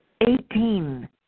Eighteen